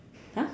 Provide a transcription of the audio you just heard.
!huh!